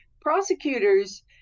Prosecutors